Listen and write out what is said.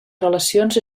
relacions